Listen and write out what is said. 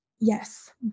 yes